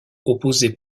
opposé